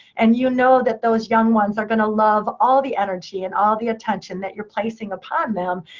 and you know that those young ones are going to love all the energy, and all the attention that you're placing upon them,